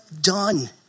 done